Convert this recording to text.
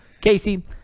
Casey